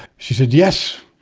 she said, yes?